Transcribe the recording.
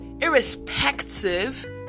irrespective